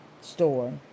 store